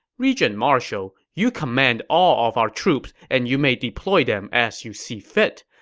regent-marshal, you command all of our troops and you may deploy them as you see fit.